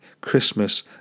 Christmas